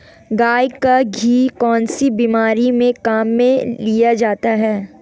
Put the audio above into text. गाय का घी कौनसी बीमारी में काम में लिया जाता है?